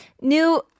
new